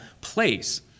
place